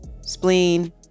spleen